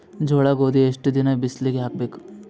ಜೋಳ ಗೋಧಿ ಎಷ್ಟ ದಿನ ಬಿಸಿಲಿಗೆ ಹಾಕ್ಬೇಕು?